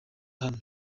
hano